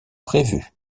prévue